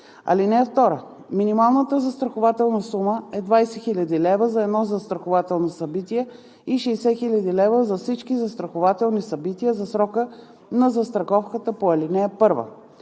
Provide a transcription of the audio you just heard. им. (2) Минималната застрахователна сума е 20 000 лв. за едно застрахователно събитие и 60 000 лв. за всички застрахователни събития за срока на застраховката по ал. 1.